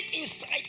inside